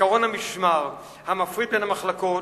בקרון המשמר, המפריד בין המחלקות,